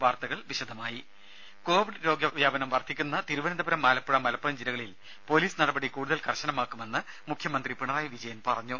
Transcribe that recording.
വാർത്തകൾ വിശദമായി കോവിഡ് രോഗവ്യാപനം വർദ്ധിക്കുന്ന തിരുവനന്തപുരം ആലപ്പുഴ മലപ്പുറം ജില്ലകളിൽ പൊലീസ് നടപടി കൂടുതൽ കർശനമാക്കുമെന്ന് മുഖ്യമന്ത്രി പിണറായി വിജയൻ പറഞ്ഞു